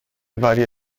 varie